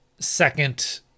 second